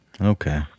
Okay